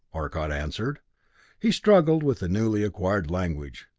arcot answered he struggled with the newly acquired language.